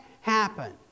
happen